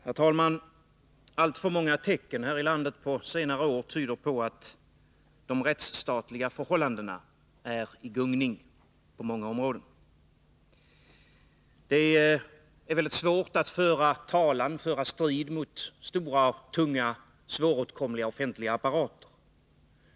Herr talman! Alltför många tecken här i landet på senare år tyder på att de rättsstatliga förhållandena är i gungning på många områden. Det är väldigt svårt att föra talan och strida mot stora, tunga och svåråtkomliga offentliga apparater.